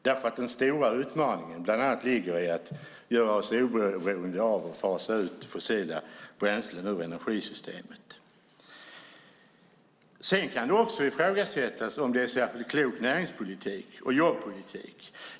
Den stora utmaningen ligger bland annat i att göra oss oberoende av och fasa ut fossila bränslen i energisystemet. Det kan också ifrågasättas om det är särskilt klok näringspolitik och jobbpolitik.